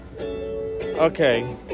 Okay